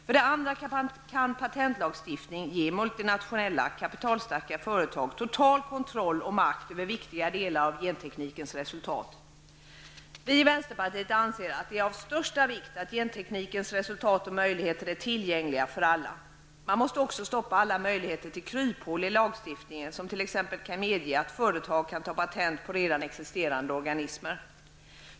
För det andra kan patentlagstiftning ge multinationella, kapitalstarka företag total kontroll och makt över viktiga delar av genteknikens resultat. Vi i vänsterpartiet anser att det är av största vikt att genteknikens resultat och möjligheter är tillgängliga för alla. Man måste också stoppa alla möjligheter till ''kryphål'' i lagstiftningen, som t.ex. medger att företag kan ta patent på redan existerande organismer.